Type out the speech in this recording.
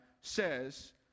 says